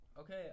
Okay